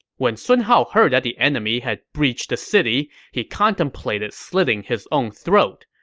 when sun hao heard that the enemy had breached the city, he contemplated slitting his own throat.